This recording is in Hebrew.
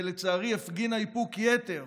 ולצערי הפגינה איפוק-יתר